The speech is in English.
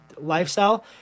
lifestyle